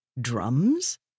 drums